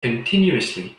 continuously